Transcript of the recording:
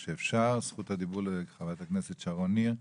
זכות הדיבור לחברת הכנסת שרון ניר.